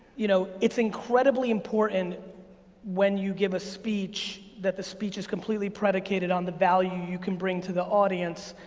you know it's incredibly important when you give a speech that the speech is completely predicated on the value you can bring to the audience,